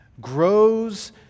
grows